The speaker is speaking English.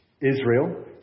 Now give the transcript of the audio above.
Israel